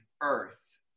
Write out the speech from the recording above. Earth